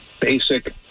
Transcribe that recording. basic